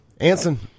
anson